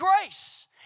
grace